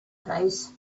place